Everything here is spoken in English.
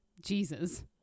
Jesus